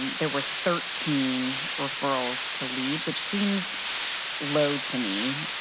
there were thirteen referrals to lead, which seems low to me.